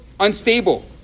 unstable